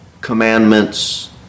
commandments